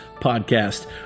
podcast